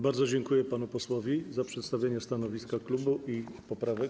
Bardzo dziękuję panu posłowi za przedstawienie stanowiska klubu i poprawek.